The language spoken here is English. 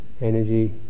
energy